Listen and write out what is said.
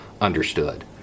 understood